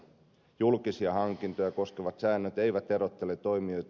julkisia hankintoja koskevat säännöt eivät erottele toimijoita